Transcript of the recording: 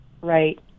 right